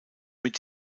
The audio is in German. mit